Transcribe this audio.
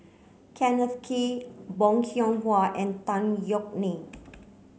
Kenneth Kee Bong Hiong Hwa and Tan Yeok Nee